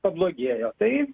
pablogėjo tai